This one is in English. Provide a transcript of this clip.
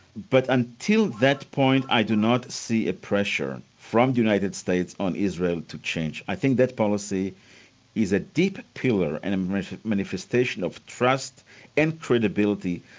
but until that point i do not see a pressure from the united states on israel to change. i think that policy is a deep pillar and manifestation of trust and credibility,